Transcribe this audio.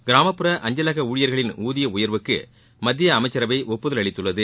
கிராமப்புற அஞ்சலக ஊழியர்களின் ஊதிய உயர்வுக்கு மத்திய அமைச்சரவை ஒப்புதல் அளித்துள்ளது